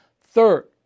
Third